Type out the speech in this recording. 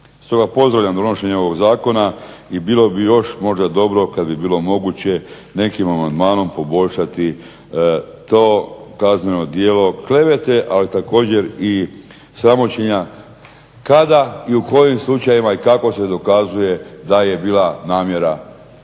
Stoga pozdravljam donošenje ovog zakona i bilo bi još možda dobro kad bi bilo moguće nekim amandmanom poboljšati to kazneno djelo klevete, ali također i sramoćenja kada i u kojim slučajevima i kako se dokazuje da je bila namjera